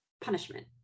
punishment